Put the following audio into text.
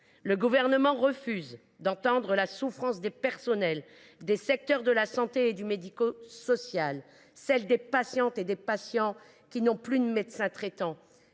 Le Gouvernement refuse d’entendre la souffrance des personnels des secteurs de la santé et du médico social, ainsi que celle des patientes et des patients qui n’ont plus de médecin traitant,